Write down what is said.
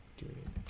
do it